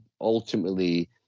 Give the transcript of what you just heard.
ultimately